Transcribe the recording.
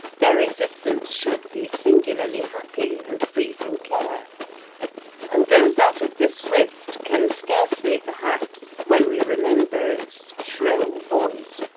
their existence should be singularly happy and free from care and though that of the swift can scarcely, perhaps, when we remember its shrill voice,